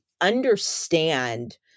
understand